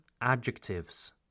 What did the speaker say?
adjectives